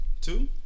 Two